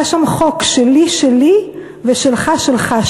היה שם חוק "שלי, שלי, ושלך, שלך".